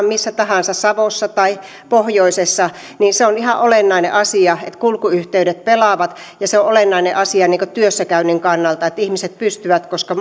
missä tahansa savossa tai pohjoisessa niin se on ihan olennainen asia että kulkuyhteydet pelaavat se on olennainen asia työssäkäynnin kannalta että ihmiset pystyvät kulkemaan koska